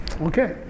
Okay